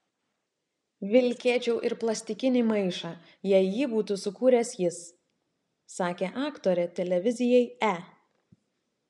vilkėčiau ir plastikinį maišą jei jį būtų sukūręs jis sakė aktorė televizijai e